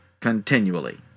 continually